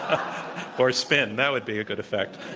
or spin, that would be a good effect.